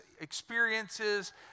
experiences